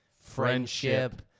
friendship